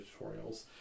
tutorials